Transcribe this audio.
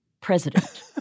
president